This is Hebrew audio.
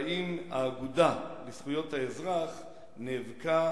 והאם האגודה לזכויות האזרח נאבקה